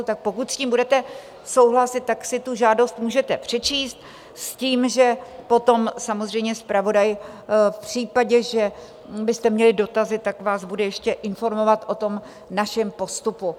Tak pokud s tím budete souhlasit, tak si tu žádost můžete přečíst s tím, že potom samozřejmě zpravodaj v případě, že byste měli dotazy, vás bude ještě informovat o našem postupu.